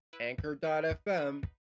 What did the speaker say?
anchor.fm